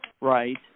right